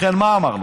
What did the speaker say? לכן מה אמרנו?